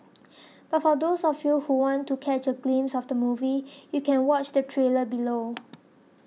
but for those of you who want to catch a glimpse of the movie you can watch the trailer below